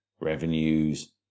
revenues